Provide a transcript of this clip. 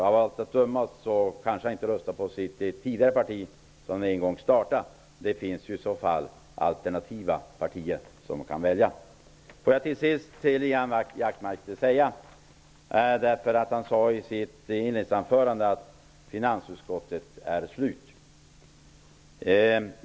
Av allt att döma röstar Ian Wachtmeister kanske inte på det parti som han en gång startade, men i så fall finns det ju andra partier att välja bland. Till sist: Ian Wachtmeister sade i sitt inledningsanförande att finansutskottet är slut.